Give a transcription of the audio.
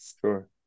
sure